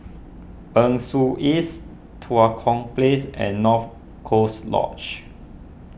Nee Soon East Tua Kong Place and North Coast Lodge